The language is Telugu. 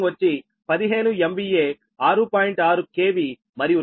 6 KV మరియు రియాక్టన్స్ వచ్చి 0